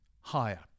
higher